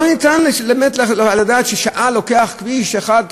לא יעלה על הדעת שלוקח שעה לנסוע 3 ק"מ